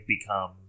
become